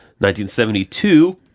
1972